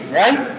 right